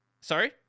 Sorry